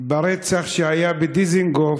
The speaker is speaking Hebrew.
לגבי הרצח שהיה בדיזנגוף